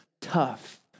tough